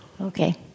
Okay